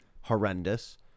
horrendous